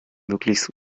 möglichst